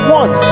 one